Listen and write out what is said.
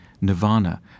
nirvana